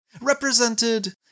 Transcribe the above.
represented